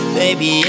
baby